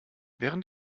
während